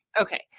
okay